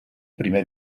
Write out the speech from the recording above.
primer